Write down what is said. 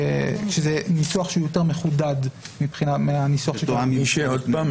שזה ניסוח יותר מחודד מהניסוח שכאן.